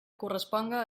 corresponga